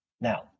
Now